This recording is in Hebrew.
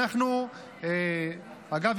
אגב,